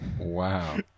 wow